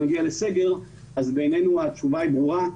אם נגיע לסגר בעינינו התשובה היא ברורה.